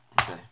Okay